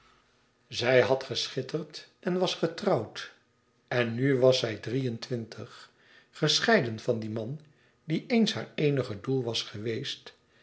zij had geschitterd en was getrouwd en nu was zij drie-en-twintig gescheiden van dien man die eens haar eenige doel was geweest